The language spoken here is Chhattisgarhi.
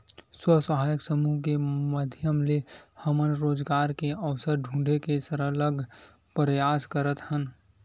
स्व सहायता समूह के माधियम ले हमन रोजगार के अवसर ढूंढे के सरलग परयास करत हन